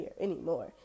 anymore